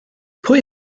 pwy